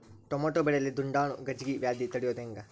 Tomato ಬೆಳೆಯಲ್ಲಿ ದುಂಡಾಣು ಗಜ್ಗಿ ವ್ಯಾಧಿ ತಡಿಯೊದ ಹೆಂಗ್?